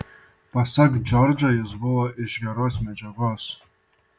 pasak džordžo jis buvo iš geros medžiagos